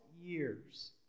years